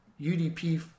UDP